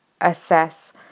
assess